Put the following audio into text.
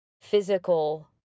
physical